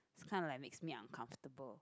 kind of like makes me uncomfortable